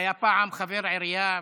שהיה פעם חבר עירייה.